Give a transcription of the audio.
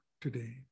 today